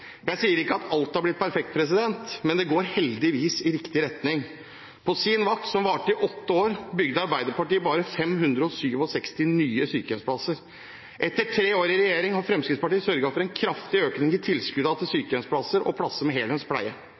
Jeg sier ikke at alt har blitt perfekt, men det går heldigvis i riktig retning. På sin vakt – som varte i åtte år – bygde Arbeiderpartiet bare 567 nye sykehjemsplasser. Etter tre år i regjering har Fremskrittspartiet sørget for en kraftig økning i tilskuddene til sykehjemsplasser og plasser med heldøgns pleie